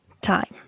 Time